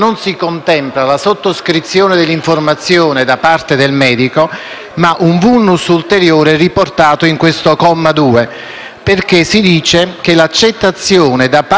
Un *vulnus* ulteriore è riportato in questo comma 2, perché si dice che «L'accettazione della nomina da parte del fiduciario avviene attraverso la sottoscrizione delle DAT».